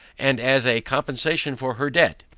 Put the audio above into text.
and as a compensation for her debt,